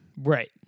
Right